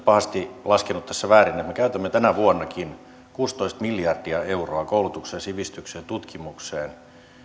pahasti laskenut tässä väärin me käytämme tänäkin vuonna kuusitoista miljardia euroa koulutukseen sivistykseen tutkimukseen